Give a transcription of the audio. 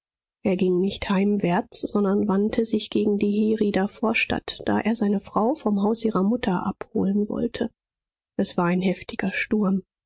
er ging nicht heimwärts sondern wandte sich gegen die herrieder vorstadt da er seine frau vom haus ihrer mutter abholen wollte es war ein heftiger sturm